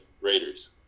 Raiders